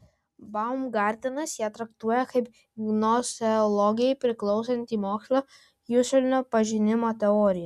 baumgartenas ją traktuoja kaip gnoseologijai priklausantį mokslą juslinio pažinimo teoriją